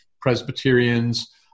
Presbyterians